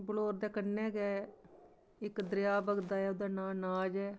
बलौर दे कन्नै गै इक दरेआ बगदा ऐ ओह्दा नांऽ नाज ऐ